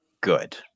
good